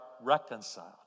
reconciled